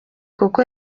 kuko